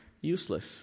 useless